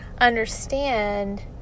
understand